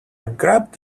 grabbed